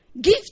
Give